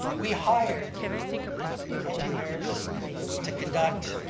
we hired engineers to conduct